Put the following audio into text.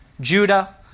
Judah